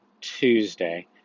Tuesday